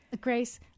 Grace